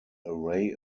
array